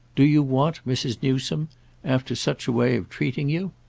do you want mrs. newsome after such a way of treating you?